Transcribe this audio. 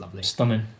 stunning